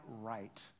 right